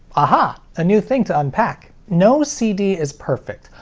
a ha! a new thing to unpack. no cd is perfect.